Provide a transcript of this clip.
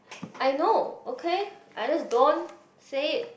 I know okay I just don't say it